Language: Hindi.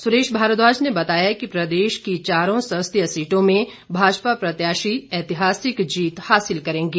सुरेश भारद्वाज ने बताया कि प्रदेश के चारों संसदीय क्षेत्रों में भाजपा प्रत्याशी ऐतिहासिक जीत हासिल करेंगे